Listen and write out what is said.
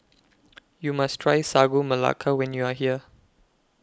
YOU must Try Sagu Melaka when YOU Are here